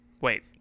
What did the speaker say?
wait